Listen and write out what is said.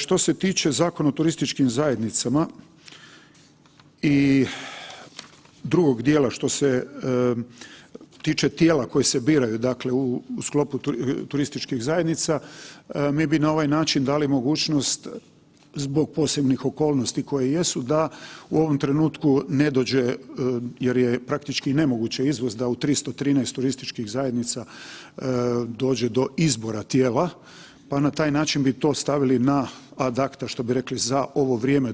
Što se tiče Zakona o turističkim zajednicama i drugog dijela što se tiče tijela koja se biraju, dakle u sklopu turističkih zajednica, mi bi na ovaj način dali mogućnost zbog posebnih okolnosti koje jesu da u ovom trenutku ne dođe jer je praktički nemoguće izvest da u 313 turističkih zajednica dođe do izbora tijela, pa na taj način bi to stavili na a/a što bi rekli za ovo vrijeme